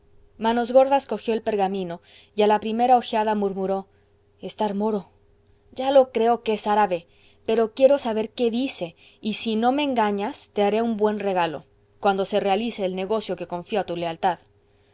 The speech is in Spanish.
documento manos gordas cogió el pergamino y a la primera ojeada murmuró estar moro ya lo creo que es árabe pero quiero saber qué dice y si no me engañas te haré un buen regalo cuando se realice el negocio que confio a tu lealtad